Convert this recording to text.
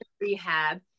rehab